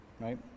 right